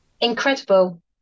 incredible